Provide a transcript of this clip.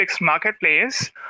Marketplace